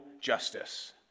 justice